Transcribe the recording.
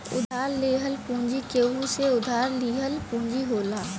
उधार लेहल पूंजी केहू से उधार लिहल पूंजी होला